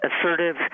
assertive